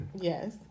Yes